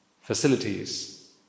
facilities